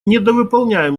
недовыполняем